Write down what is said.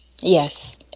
Yes